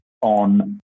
on